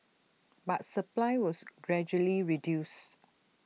but supply was gradually reduced